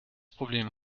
problem